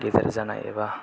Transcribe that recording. गेदेर जानाय एबा